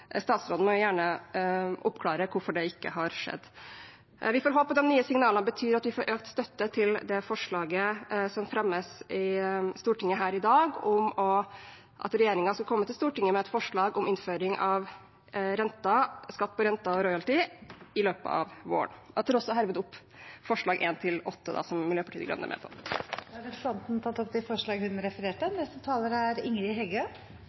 Statsråden må gjerne oppklare hvorfor det ikke har skjedd. Vi får håpe at de nye signalene betyr at vi får økt støtte til det forslaget som fremmes i Stortinget her i dag om at regjeringen kommer til Stortinget med et forslag om innføring av kildeskatt på renter og royalties, i løpet av våren. Jeg tar også herved opp forslag nr. 1–8, som Miljøpartiet De Grønne er med på. Representanten Une Bastholm har tatt opp de forslagene hun refererte til. For Arbeidarpartiet er